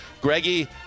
Greggy